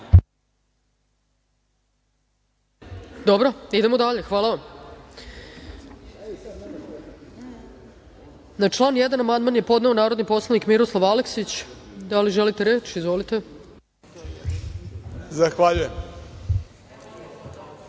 Dobro. Idemo dalje. Hvala vam. Na član 1. amandman je podneo narodni poslanik Miroslav Aleksić. Da li želite reč? Izvolite. **Miroslav